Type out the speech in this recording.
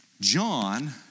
John